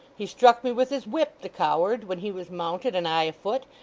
he struck me with his whip, the coward, when he was mounted and i afoot,